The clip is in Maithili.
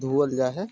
धोअल जाइ हइ